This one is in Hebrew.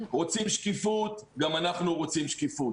רוצים שקיפות, גם אנחנו רוצים שקיפות.